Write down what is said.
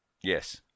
yes